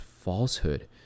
falsehood